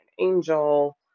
angel